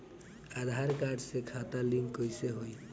आधार card से खाता link कईसे होई?